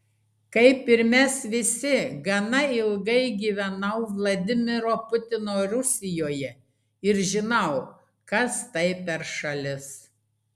kaip ir mes visi gana ilgai gyvenau vladimiro putino rusijoje ir žinau kas tai per šalis